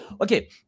Okay